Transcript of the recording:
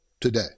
today